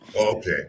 Okay